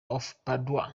umutagatifu